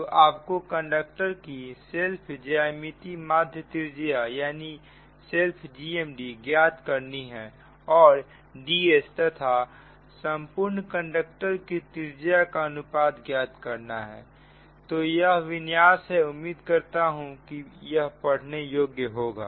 तो आपको कंडक्टर की सेल्फ ज्यामितीय माध्य त्रिज्या ज्ञात करनी है और Dsतथा संपूर्ण कंडक्टर की त्रिज्या का अनुपात ज्ञात करना है तो यह विन्यास है उम्मीद करता हूं कि यह पढ़ने योग्य होगा